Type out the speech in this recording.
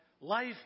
life